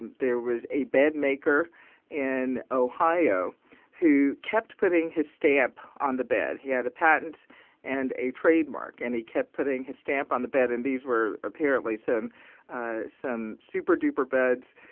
there was a bed-maker in ohio who kept putting his stamp on the bed. he had a patent and a trademark, and he kept putting his stamp on the bed. and these were apparently some ah some super-duper beds.